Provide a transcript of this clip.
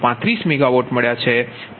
335 MW મળ્યા છે